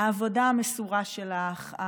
העבודה המסורה שלך,